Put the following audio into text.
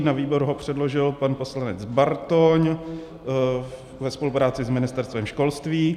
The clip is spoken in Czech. Na výbor ho předložil pan poslanec Bartoň ve spolupráci s Ministerstvem školství.